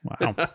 Wow